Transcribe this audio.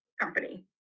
company